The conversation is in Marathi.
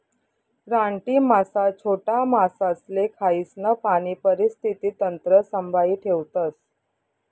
रानटी मासा छोटा मासासले खायीसन पाणी परिस्थिती तंत्र संभाई ठेवतस